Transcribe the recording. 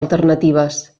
alternatives